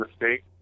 mistake